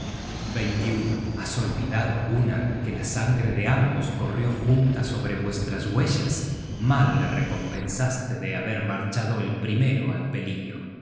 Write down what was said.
perjuros has olvidado gunnar que la sangre de ambos corrió junta sobre vuestras huellas mal le recompensaste de haber marchado el primero al peligro